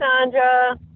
Sandra